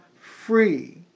free